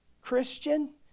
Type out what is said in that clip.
Christian